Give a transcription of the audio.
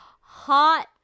hot